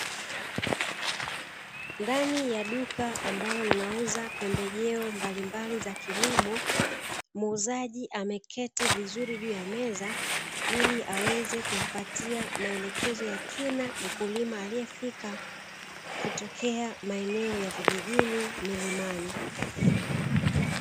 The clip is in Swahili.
Ndani ya duka ambalo linauza pembejeo mbalimbali za kilimo, muuzaji ameketi vizuri juu ya meza ili aweze kumpatia maelekezo ya kina mkulima aliyefika, kutokea maeneo ya vijijini milimani.